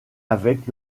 avec